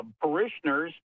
parishioners